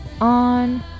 on